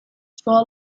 four